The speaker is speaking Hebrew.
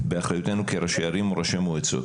כראשי ערים וכראשי מועצות.